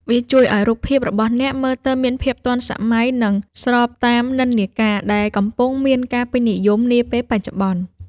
វាជួយឱ្យរូបភាពរបស់អ្នកមើលទៅមានភាពទាន់សម័យ និងស្របតាមនិន្នាការ ដែលកំពុងមានការពេញនិយមនាពេលបច្ចុប្បន្ន។